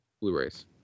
blu-rays